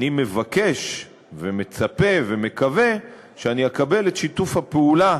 אני מבקש ומצפה ומקווה שאני אקבל את שיתוף הפעולה